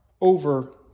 over